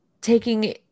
taking